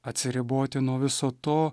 atsiriboti nuo viso to